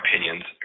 opinions